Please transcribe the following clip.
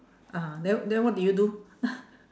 ah then then what did you do